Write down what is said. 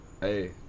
Hey